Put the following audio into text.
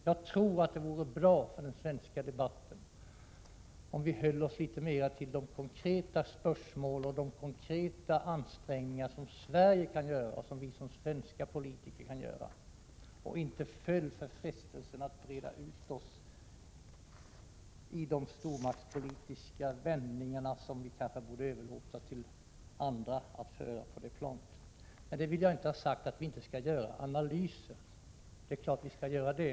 Jag tror att det vore bra för den svenska debatten om vi höll oss litet mer till de konkreta spörsmålen och till de konkreta ansträngningar som Sverige kan göra och som vi som svenska politiker kan göra. Det vore bra om vi inte föll för frestelsen att breda ut oss i stormaktspolitiska vändningar. Vi borde kanske överlåta åt andra att föra debatten på det planet. Med det vill jaginte ha sagt att vi inte skall göra analyser — det är klart att vi skall göra det.